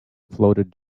floated